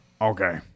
Okay